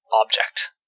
object